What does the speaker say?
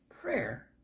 Prayer